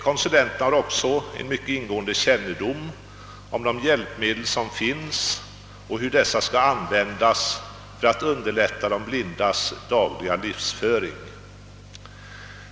Konsulenterna äger också en synnerligen ingående kännedom om de hjälpmedel som finns och om hur dessa skall användas för att underlätta de blindas dagliga livsföring.